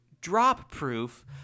drop-proof